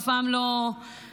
אף פעם לא יציבים,